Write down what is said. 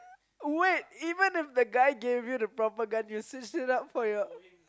wait even if the guy gave you the proper gun you will still shoot up for your